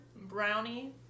brownie